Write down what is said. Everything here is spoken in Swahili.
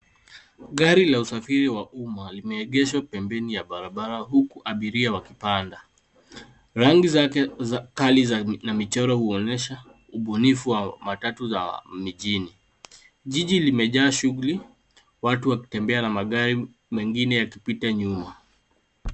Gari la usafiri wa umma limeegeshwa pembeni ya barabara huku abiria wakipanda. Rangi zake kali na michoro huonyesha ubunufu wa matatu mijini. Jiji limejaa shughuli watu wakitembea na magari mengine yakipita nyuma.